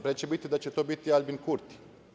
Pre će biti da će to biti Aljbin Kurti.